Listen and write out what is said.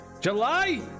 July